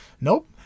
Nope